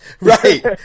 Right